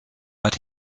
but